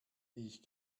ich